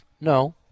No